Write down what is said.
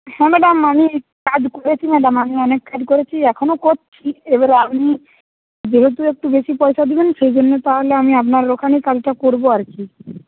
হ্যাঁ ম্যাডাম আমি কাজ করেছিলাম আমি অনেক কাজ করেছি এখনও করছি এবারে আপনি যেহেতু একটু বেশি পয়সা দেবেন সেই জন্য তাহলে আমি আপনার ওখানেই কাজটা করব আর কি